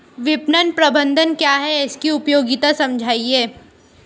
विपणन प्रबंधन क्या है इसकी उपयोगिता समझाइए?